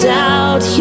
doubt